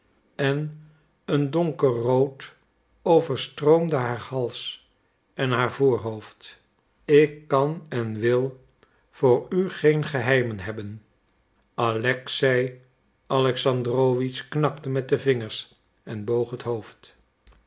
en een donkerrood overstroomde haar hals en haar voorhoofd ik kan en wil voor u geen geheimen hebben alexei alexandrowitsch knakte met de vingers en boog het hoofd